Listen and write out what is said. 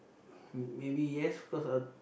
maybe yes cause I